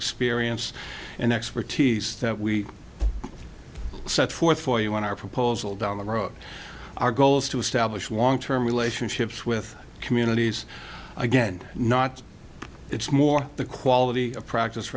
experience and expertise that we set forth for you when our proposal down the road our goal is to establish long term relationships with communities again not it's more the quality of practice